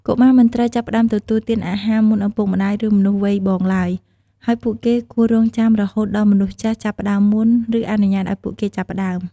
កុមារមិនត្រូវចាប់ផ្តើមទទួលទានអាហារមុនឪពុកម្តាយ ឬមនុស្សវ័យបងឡើយ ហើយពួកគេគួររង់ចាំរហូតដល់មនុស្សចាស់ចាប់ផ្តើមមុន ឬអនុញ្ញាតឲ្យពួកគេចាប់ផ្តើម។